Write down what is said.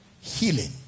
Healing